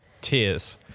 Tears